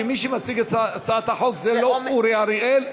שמי שמציג את הצעת החוק זה לא אורי אריאל,